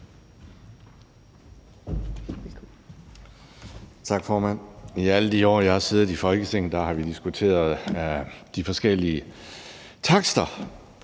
Tak, formand. I alle de år, jeg har siddet i Folketinget, har vi diskuteret de forskellige takster